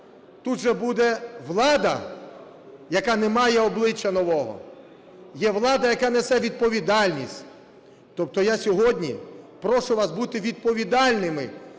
тут вже буде влада, яка не має обличчя нового, є влада, яка несе відповідальність. Тобто я сьогодні прошу вас бути відповідальними,